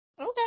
Okay